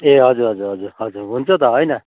ए हजुर हजुर हजुर हजुर हुन्छ त होइन